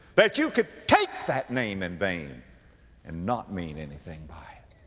that you could take that name in vain and not mean anything by